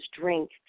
drink